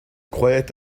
croyais